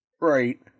right